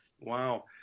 wow